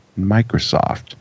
Microsoft